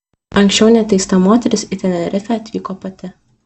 anksčiau neteista moteris į tenerifę atvyko pati